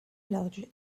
lodge